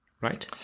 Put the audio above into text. right